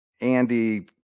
Andy